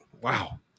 Wow